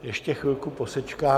Ještě chvilku posečkáme.